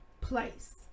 place